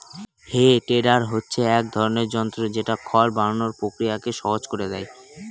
হে tedder হচ্ছে এক ধরনের যন্ত্র যেটা খড় বানানোর প্রক্রিয়াকে সহজ করে দেয়